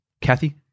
Kathy